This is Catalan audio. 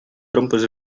trompes